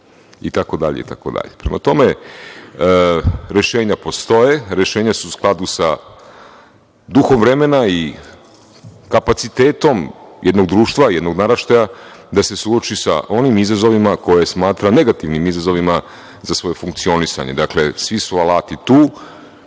program, itd, itd. Prema tome, rešenja postoje, rešenja su u skladu sa duhom vremena i kapacitetom jednog društva, jednog naraštaja da se suoči sa onim izazovima koje smatra negativnim izazovima za svoje funkcionisanje. Dakle, svi su alati tu,